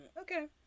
Okay